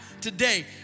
today